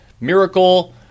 miracle